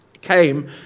came